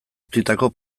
utzitako